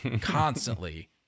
constantly